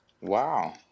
Wow